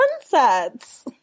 sunsets